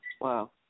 Wow